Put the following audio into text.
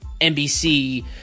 NBC